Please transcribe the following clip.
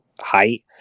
height